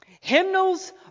Hymnals